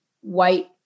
white